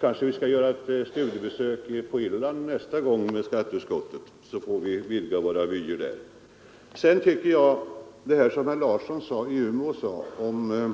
Kanske vi skall göra ett studiebesök på Irland nästa gång med skatteutskottet för att vidga våra vyer! Herr Larsson i Umeå nämnde